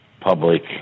public